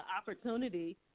opportunity